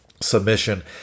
submission